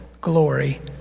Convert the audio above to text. glory